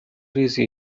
ریزی